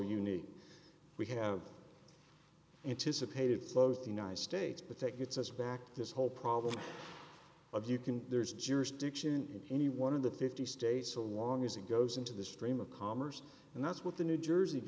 unique we have anticipated flows the united states but that gets us back to this whole problem of you can there's jurisdiction in any one of the fifty states so long as it goes into the stream of commerce and that's what the new jersey